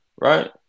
right